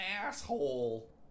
asshole